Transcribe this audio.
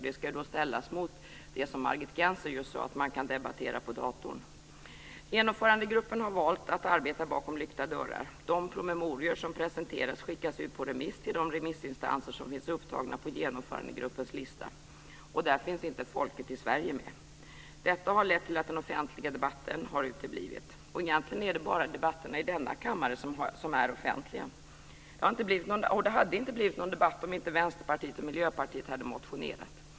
Detta ska ställas mot det som Margit Gennser just sade om att man kan debattera på datorn. Genomförandegruppen har valt att arbeta bakom lyckta dörrar. De promemorior som presenterats skickas ut på remiss till de remissinstanser som finns upptagna på Genomförandegruppens lista. Och där finns inte folket i Sverige med. Detta har lett till att den offentliga debatten har uteblivit. Egentligen är det bara debatterna i denna kammare som är offentliga, och det hade inte blivit någon debatt om inte Vänsterpartiet och Miljöpartiet hade motionerat.